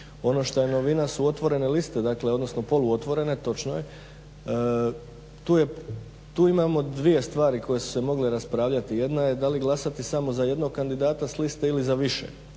Ono što je novina su otvorene liste, dakle odnosno poluotvorene, točno je. Tu imamo dvije stvari koje su se mogle raspravljati, jedna je da li glasati samo za jednog kandidata s liste ili za više.